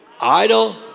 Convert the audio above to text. Idle